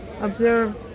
observe